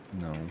No